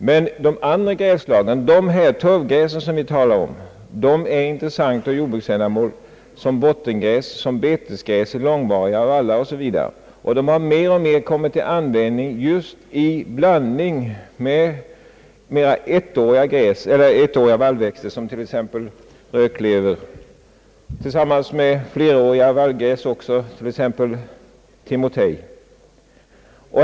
Men andra grässlag, turfgräsen, är intressanta ur jordbrukssynpunkt som botitengräs, som betesgräs i långvariga vallar o.s.v., och de har mer och mer kommit till användning just i blandning med fååriga vallväxter, t.ex. rödklöver, och även tillsammans med fleråriga vallgräs, t.ex. timotej.